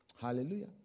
Hallelujah